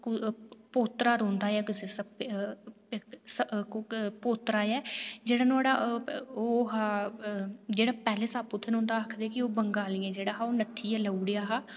पोत्तरा ऐ पोत्तरा ऐ जेह्ड़ा नुहाड़ा ओह् हा जेह्ड़ा पैह्लें उत्थै सप्प हा ते आखदे ओह् बंगालियें नत्थियै लेई ओड़ेआ हा